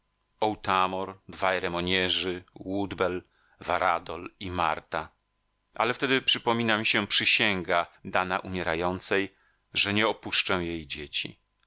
sześcioro otamor dwaj remognerzy woodbell varadol i marta ale wtedy przypomina mi się przysięga dana umierającej że nie opuszczę jej dzieci